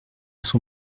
son